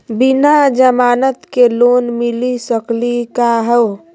बिना जमानत के लोन मिली सकली का हो?